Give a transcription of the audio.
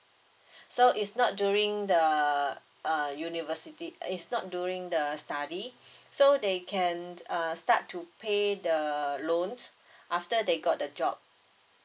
so is not during the uh university is not during the study so they can uh start to pay the loans after they got the job